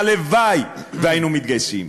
הלוואי שהיינו מתגייסים.